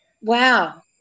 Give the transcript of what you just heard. Wow